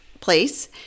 place